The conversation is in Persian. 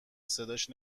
صداش